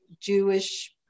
Jewish